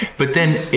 but then,